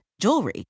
jewelry